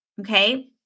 okay